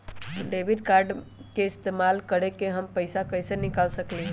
Debit card के इस्तेमाल करके हम पैईसा कईसे निकाल सकलि ह?